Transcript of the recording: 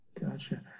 Gotcha